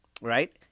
right